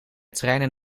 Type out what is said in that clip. treinen